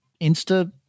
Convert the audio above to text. Insta